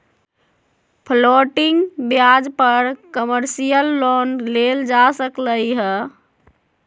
floating ब्याज पर commercial loan लेल जा सकलई ह